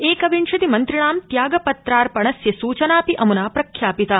एकविंशति मन्त्रिणां त्यागपत्रार्पणस्य सूचनापि अमुना प्रख्यापिता